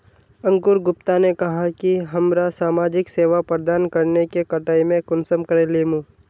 अंकूर गुप्ता ने कहाँ की हमरा समाजिक सेवा प्रदान करने के कटाई में कुंसम करे लेमु?